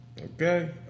Okay